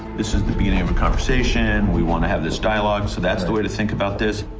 this is the beginning of a conversation, we want to have this dialogue, so that's the way to think about this.